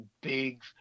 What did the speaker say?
big